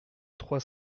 trois